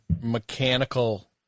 mechanical